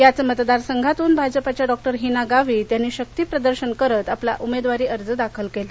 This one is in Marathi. याचं मतदार संघातून भाजपाच्या डॉ हिना गावित यांनी शक्ती प्रदर्शन करत आपला उमेदवारी अर्ज दाखल केला